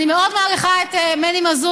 אני מאוד מעריכה את מני מזוז,